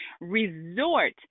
resort